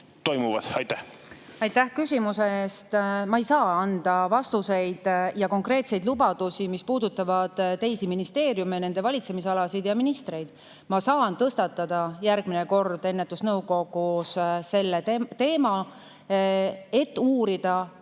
Aitäh küsimuse eest! Ma ei saa anda vastuseid ja konkreetseid lubadusi, mis puudutavad teisi ministeeriume, nende valitsemisalasid ja ministreid. Ma saan järgmine kord tõstatada ennetusnõukogus selle teema, et uurida,